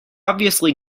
obviously